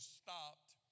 stopped